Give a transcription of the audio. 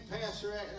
pastor